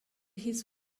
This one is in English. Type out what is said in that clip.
his